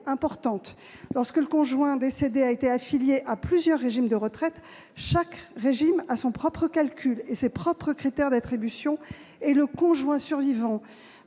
importante : lorsque le conjoint décédé a été affilié à plusieurs régimes de retraite, chaque régime à son propre calcul et ses propres critères d'attribution, et le conjoint survivant